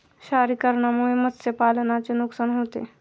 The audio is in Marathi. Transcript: क्षारीकरणामुळे मत्स्यपालनाचे नुकसान होते